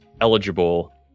eligible